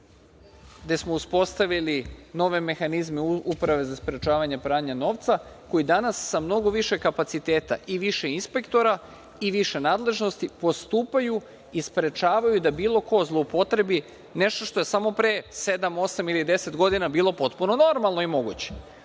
gde smo uspostavili nove mehanizme Uprave za sprečavanje pranja novca, koji danas sa mnogo više kapaciteta i više inspektora i više nadležnosti postupaju i sprečavaju da bilo ko zloupotrebi nešto što je samo pre sedam, osam ili deset godina bilo potpuno normalno i moguće,